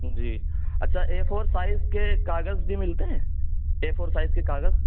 جی اچھا A four size کے کاغذ بھی ملتے ہیں اے فور سائز کے کاغذ